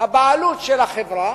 הבעלות של החברה,